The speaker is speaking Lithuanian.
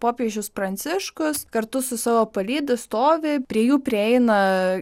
popiežius pranciškus kartu su savo palyda stovi prie jų prieina